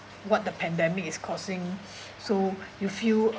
what the pandemic is causing so you feel